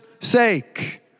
sake